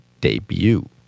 debut